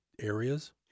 areas